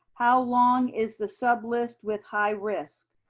how long is the sub list with high risk?